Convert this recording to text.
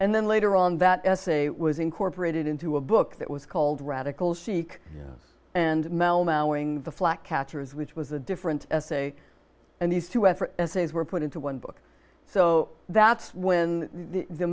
and then later on that essay was incorporated into a book that was called radical chic and mel mowing the flack catcher is which was a different essay and these two essays were put into one book so that's when the